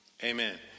Amen